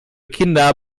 kinder